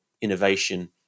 innovation